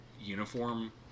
uniform